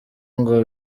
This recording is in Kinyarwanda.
ngo